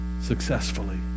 successfully